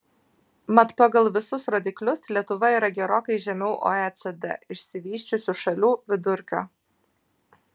mat pagal visus rodiklius lietuva yra gerokai žemiau oecd išsivysčiusių šalių vidurkio